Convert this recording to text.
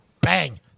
Bang